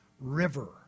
River